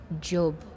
job